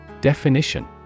Definition